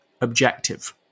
objective